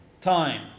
time